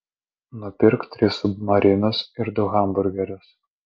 nupirk tris submarinus ir du hamburgerius